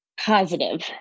positive